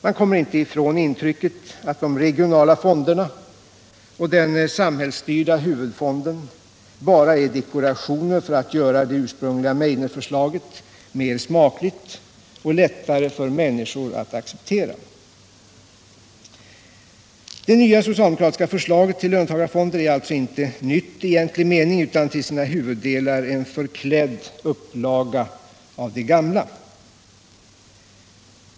Man kommer inte från intrycket att de regionala fonderna och den samhällsstyrda huvudfonden bara är dekorationer för att göra det ursprungliga Meidnerförslaget mera smakligt och lättare för människor att acceptera. Det nya socialdemokratiska förslaget till löntagarfonder är alltså inte nytt i Finansdebatt Finansdebatt egentlig mening utan till sina huvuddelar en förklädd upplaga av det gamla.